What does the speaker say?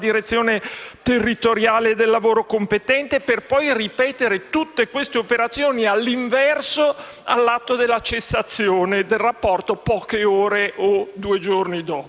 territoriale del lavoro competente; per poi ripetere tutte queste operazioni all'inverso all'atto della cessazione del rapporto, poche ore o due giorni dopo.